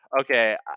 Okay